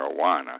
marijuana